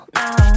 now